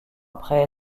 après